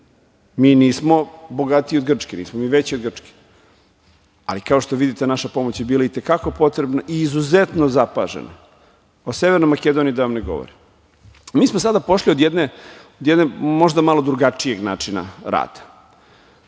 Mi nismo bogatiji od Grčke, nismo mi veći od Grčke, ali kao što vidite naša pomoć je bila i te kako potrebna i izuzetno zapažena. O Severnoj Makedoniji da vam ne govorim. Mi smo sada pošli od, možda malo drugačijeg načina rada.